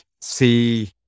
see